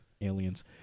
aliens